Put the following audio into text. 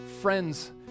friends